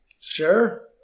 Sure